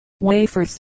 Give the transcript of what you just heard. wafers